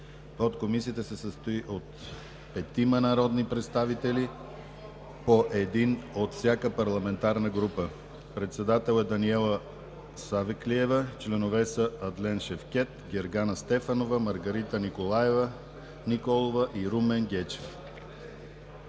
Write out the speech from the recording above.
Подкомисията се състои от петима народни представители, по един от всяка парламентарна група. Председател е Даниела Савеклиева, членове са Адлен Шевкед, Гергана Стефанова, Маргарита Николаева Николова и Румен Гечев.